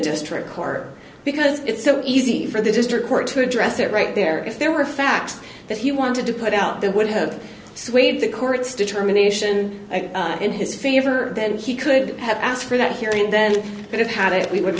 district corps because it's so easy for the district court to address it right there if there were facts that he wanted to put out there would have swayed the court's determination in his favor then he could have asked for that hearing and then would have had it we would